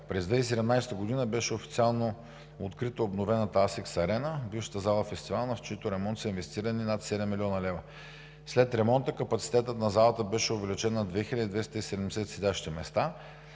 През 2017 г. беше официално открита и обновена „Асикс Арена“ – бившата зала „Фестивална“, в чийто ремонт са инвестирани над 7 млн. лв. След ремонта капацитетът на залата беше увеличен на 2270 седящи места,